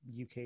UK